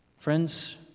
Friends